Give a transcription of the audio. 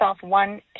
one